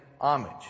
homage